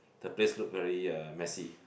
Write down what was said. the place look very uh messy